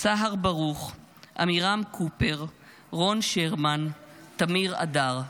סהר ברוך, עמירם קופר, רון שרמן, תמיר אדר.